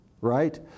right